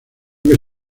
que